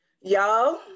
Y'all